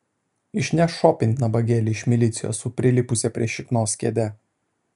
išneš šopint nabagėlį iš milicijos su prilipusia prie šiknos kėde